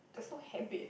there's no habit